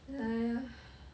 !aiya!